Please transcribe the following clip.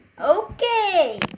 okay